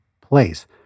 place